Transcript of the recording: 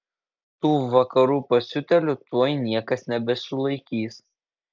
tų vakarų pasiutėlių tuoj niekas nebesulaikys